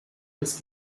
des